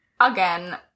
again